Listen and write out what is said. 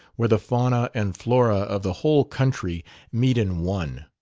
where the fauna and flora of the whole country meet in one.